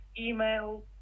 Email